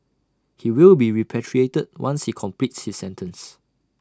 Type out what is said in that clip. he will be repatriated once he completes his sentence